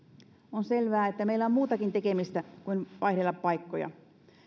on selvää että meillä on muutakin tekemistä kuin vaihdella paikkoja